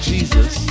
Jesus